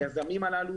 היזמים הללו,